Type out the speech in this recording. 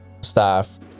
staff